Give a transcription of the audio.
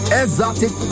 exotic